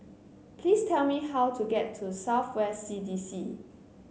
please tell me how to get to South West C D C